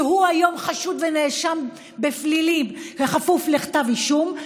שהוא היום חשוד ונאשם בפלילים בכפוף לכתב אישום,